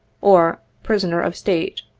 or prisoner of state.